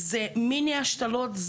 זה מיני השתלות,